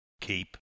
Keep